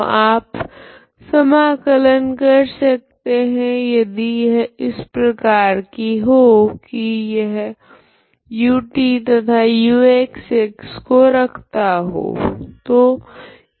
तो आप समाकलन कर सकते है यदि यह इस प्रकार की हो की यह ut तथा uxx को रखता हो